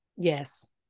Yes